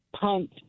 punt